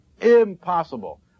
Impossible